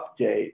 update